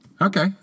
Okay